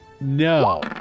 No